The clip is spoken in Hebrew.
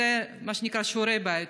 זה מה שנקרא שיעורי בית,